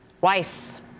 Weiss